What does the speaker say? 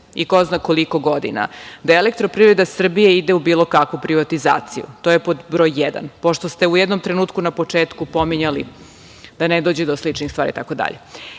i ko zna koliko godina, da Elektroprivreda Srbije ide u bilo kakvu privatizaciju. To je pod broj jedan, pošto ste u jednom trenutku na početku pominjali da ne dođe do sličnih stvari,